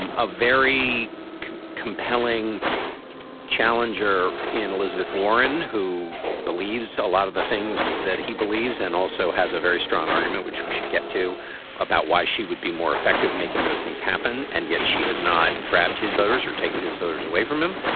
um a very compelling challenger in elizabeth warren who believes a lot of the things that he believes and also has a very strong argument, which we should get to about why she would be more effective making those things happen. and yet she has not grabbed his voters or taken his voters away from him.